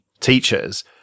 teachers –